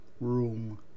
room